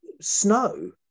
snow